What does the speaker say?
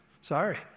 Sorry